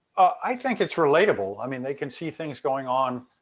i think it's relatable. i mean, they can see things going on.